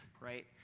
right